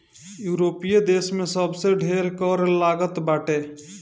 यूरोपीय देस में सबसे ढेर कर लागत बाटे